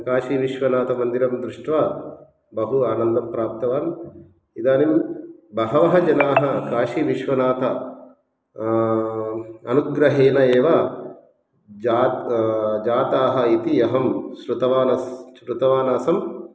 काशीविश्वनाथमन्दिरं दृष्ट्वा बहु आनन्दं प्राप्तवान् इदानीं बहवः जनाः काशीविश्वनाथ अनुग्रहेण एव जा जाताः इति अहं श्रुतवान् स् श्रुतवानासं